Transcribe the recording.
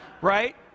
right